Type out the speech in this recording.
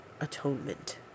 atonement